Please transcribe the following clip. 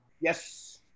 Yes